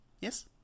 Yes